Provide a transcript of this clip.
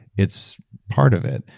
it's part of it,